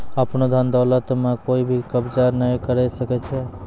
आपनो धन दौलत म कोइ भी कब्ज़ा नाय करै सकै छै